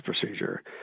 procedure